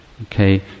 Okay